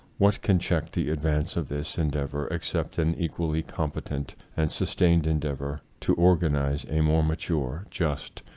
what can check the advance of this endeavor except an equally com petent and sustained endeavor to or ganize a more mature, just,